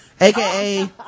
aka